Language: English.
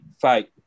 fight